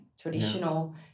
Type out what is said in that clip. traditional